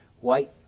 white